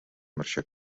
marxà